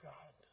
God